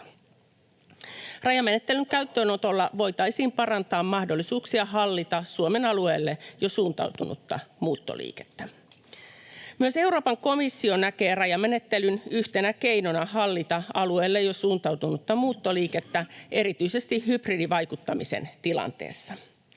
Rajamenettelyn käyttöönotolla voitaisiin parantaa mahdollisuuksia hallita Suomen alueelle jo suuntautunutta muuttoliikettä. Myös Euroopan komissio näkee rajamenettelyn yhtenä keinona hallita alueelle jo suuntautunutta muuttoliikettä erityisesti hybridivaikuttamisen tilanteessa.